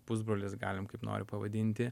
pusbrolis galim kaip nori pavadinti